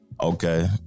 Okay